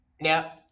Now